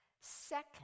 Second